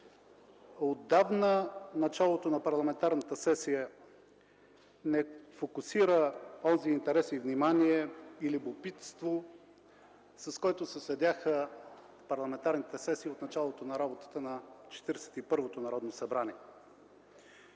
Отдавна началото на парламентарната сесия не фокусира онзи интерес, внимание и любопитство, с които се следяха парламентарните сесии от началото на работата на Четиридесет